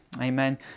Amen